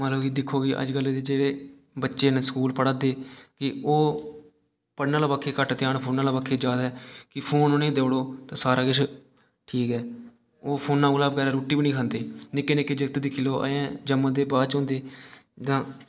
मतलब कि दिक्खो कि अज्जकल दे जेह्ड़े बच्चे न स्कूल पढ़ै दे कि ओह् पढ़ने आह्ली बक्खी घट्ट ध्यान फोनै आह्ले बक्खी ज्यादा कि फोन उ'नेंगी देई ओड़ो ते सारा किश ठीक ऐ हून फोनै कोला बगैर रुट्टी बी नि खंदे निक्के निक्के जागत दिक्खी लैओ अजें जम्मे दे बाद च होंदे जां